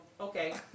okay